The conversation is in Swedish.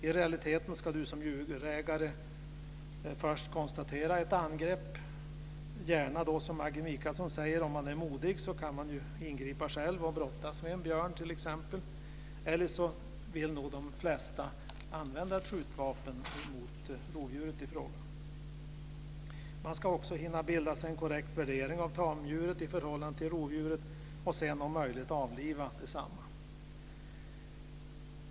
I realiteten ska man som djurägare först konstatera ett angrepp och, som Maggi Mikaelsson säger, om man är modig kan man gärna själv ingripa och brottas med en björn t.ex. Men de flesta vill nog använda ett skjutvapen mot rovdjuret i fråga. Man ska också hinna göra en korrekt värdering av tamdjuret i förhållande till rovdjuret och sedan ha möjlighet att avliva detsamma.